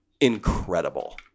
incredible